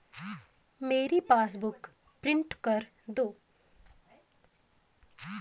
मेरी passbook print कर दो